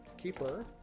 keeper